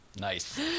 Nice